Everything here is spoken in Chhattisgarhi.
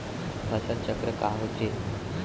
फसल चक्र का होथे?